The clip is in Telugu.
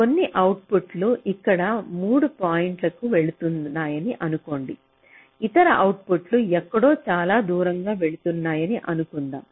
కొన్ని అవుట్పుట్లు ఇక్కడ 3 పాయింట్లు వెళ్తున్నాయని అనుకోండి ఇతర అవుట్పుట్లు ఎక్కడో చాలా దూరంగా వెళ్తున్నాయి అనుకుందాం